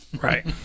Right